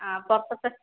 ആ പുറത്തത്തെ